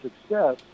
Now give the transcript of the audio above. success